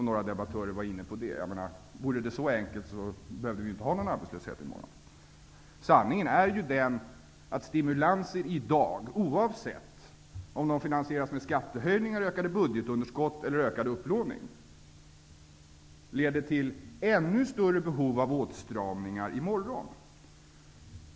Några debattörer var inne på det. Om det vore så enkelt skulle vi inte behöva ha någon arbetslöshet i morgon. Sanningen är ju att stimulanser i dag -- oavsett om de finansieras med skattehöjningar, ökade budgetunderskott eller ökad upplåning -- leder till ännu större behov av åtstramningar i morgon.